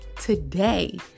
today